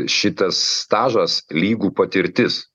šitas stažas lygu patirtis